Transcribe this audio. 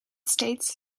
states